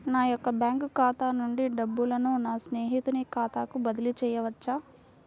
నా యొక్క బ్యాంకు ఖాతా నుండి డబ్బులను నా స్నేహితుని ఖాతాకు బదిలీ చేయవచ్చా?